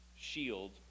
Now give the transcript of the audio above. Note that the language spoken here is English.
shield